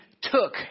took